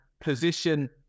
position